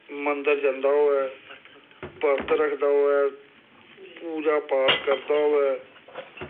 मंदर जंदा होऐ बरत रखदा होऐ पूजा पाठ करदा होऐ